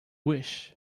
wish